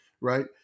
right